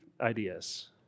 ideas